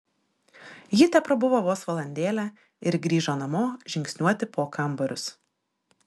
ji teprabuvo vos valandėlę ir grįžo namo žingsniuoti po kambarius